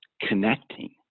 connecting